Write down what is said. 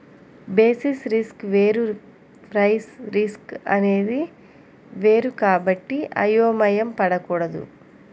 basis risk వేరు price risk అనేది వేరు కాబట్టి అయోమయం పడకూడదు